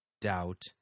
doubt